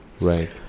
Right